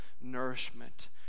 nourishment